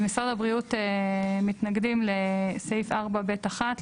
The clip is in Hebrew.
אז משרד הבריאות מנגדים לסעיף 4(ב)(1),